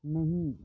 نہیں